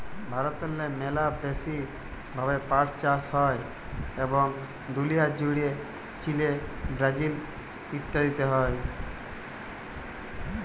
ভারতেল্লে ম্যালা ব্যাশি ভাবে পাট চাষ হ্যয় এবং দুলিয়া জ্যুড়ে চিলে, ব্রাজিল ইত্যাদিতে হ্যয়